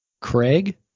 Craig